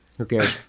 Okay